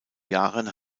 jahren